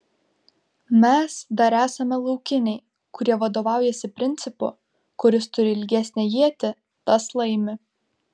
mes dar esame laukiniai kurie vadovaujasi principu kuris turi ilgesnę ietį tas laimi